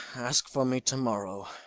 ask for me to-morrow,